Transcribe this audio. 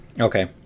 Okay